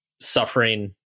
suffering